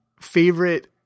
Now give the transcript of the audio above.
favorite